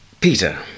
Peter